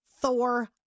Thor